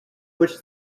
which